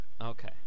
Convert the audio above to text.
Okay